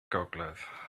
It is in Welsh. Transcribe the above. gogledd